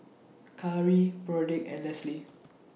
Khari Broderick and Leslee